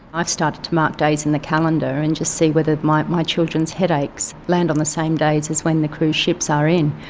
i started to mark days in the calendar and to see whether my my children's headaches land on the same days as when the cruise ships are in.